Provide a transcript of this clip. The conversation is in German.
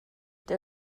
der